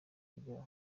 kugera